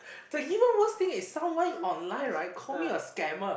the you know worst thing is someone online right call me a scammer